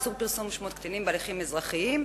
איסור פרסום שמות קטינים בהליכים אזרחיים),